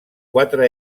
quatre